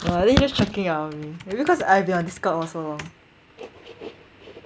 no I think just checking up on me maybe because I've been on discord for so long